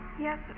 Yes